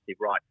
right